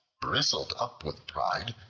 bristled up with pride,